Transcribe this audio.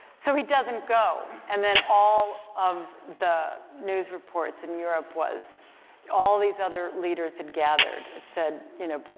so he doesn't go. and then all, um, the news reports in europe was all these other leaders had gathered it said, you know,